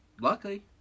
Luckily